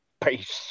Peace